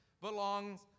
belongs